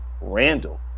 Randall